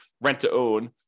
rent-to-own